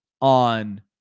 on